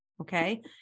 Okay